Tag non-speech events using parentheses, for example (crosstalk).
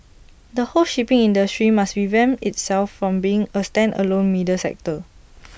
the whole shipping industry must revamp itself from being A standalone middle sector (noise)